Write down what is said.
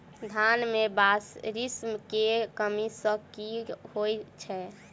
धान मे बारिश केँ कमी सँ की होइ छै?